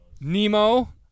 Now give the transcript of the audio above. Nemo